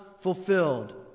fulfilled